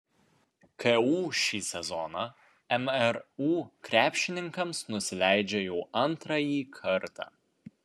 ku šį sezoną mru krepšininkams nusileidžia jau antrąjį kartą